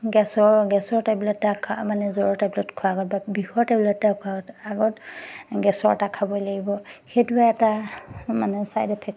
গেছৰ গেছৰ টেবলেট তাক মানে জ্বৰৰ টেবলেট খোৱা আগত বা বিষৰ টেবলেট এটা খোৱাৰ আগত গেছৰ এটা খাবই লাগিব সেইটোৱে এটা মানে চাইড এফেক্ট